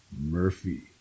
Murphy